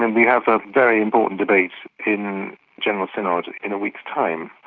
and we have a very important debate in general synod in a week's time.